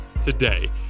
today